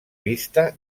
vista